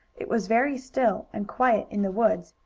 it was very still and quiet in the woods,